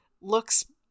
looks